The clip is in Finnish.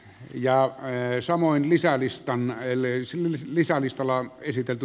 ja vei samoin lisää listaan mäelle isin visaa listalla esitelty